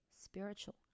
spiritual